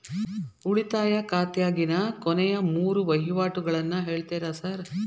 ಉಳಿತಾಯ ಖಾತ್ಯಾಗಿನ ಕೊನೆಯ ಮೂರು ವಹಿವಾಟುಗಳನ್ನ ಹೇಳ್ತೇರ ಸಾರ್?